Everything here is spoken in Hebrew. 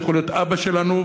זה יכול להיות אבא שלנו,